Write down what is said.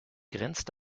grenzt